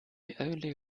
only